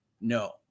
No